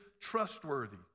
Trustworthy